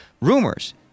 rumors